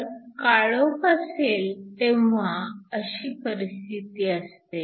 तर काळोख असेल तेव्हा अशी परिस्थिती असते